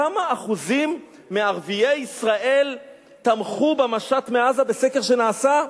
כמה אחוזים מערביי ישראל תמכו במשט לעזה בסקר שנעשה?